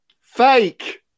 Fake